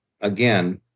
again